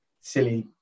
silly